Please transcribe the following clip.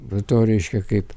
be to reiškia kaip